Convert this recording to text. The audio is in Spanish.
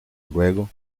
luego